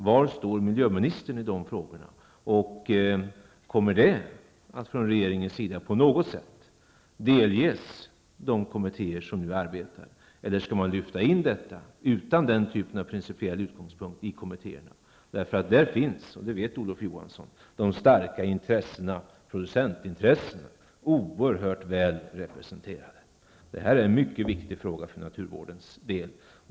Var står miljöministern i dessa frågor? Kommer detta att från regeringens sida på något sätt delges de kommittéer som nu arbetar eller skall man lyfta in detta utan den typen av principiell utgångspunkt i kommittéerna? De starka intressena, producentintressena, är oerhört väl representerade där, och det vet Olof Johansson. Det här är en mycket viktig fråga för naturvårdens del.